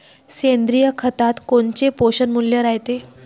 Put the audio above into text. सेंद्रिय खतात कोनचे पोषनमूल्य रायते?